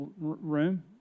room